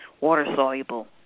water-soluble